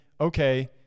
okay